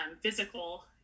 physical